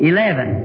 Eleven